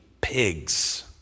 pigs